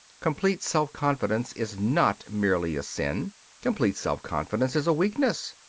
complete self-confidence is not merely a sin complete self-confidence is a weakness.